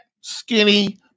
skinny